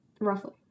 Roughly